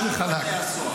משירות בתי הסוהר.